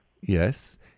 Yes